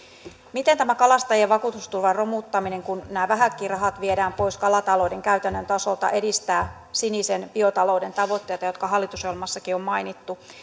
miten tämä kalastajien vakuutusturvan romuttaminen kun nämä vähätkin rahat viedään pois kalatalouden käytännön tasolta edistää sinisen biotalouden tavoitteita jotka hallitusohjelmassakin on mainittu